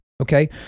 Okay